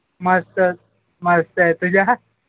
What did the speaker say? मस्त मस्त आहे तुझा